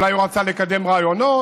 אולי הוא רצה לקדם רעיונות